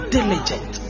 diligent